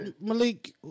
Malik